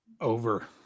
over